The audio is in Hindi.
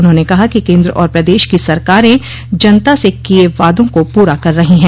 उन्होंने कहा कि केन्द्र और प्रदेश की सरकारे जनता से किये वादों को पूरा कर रही है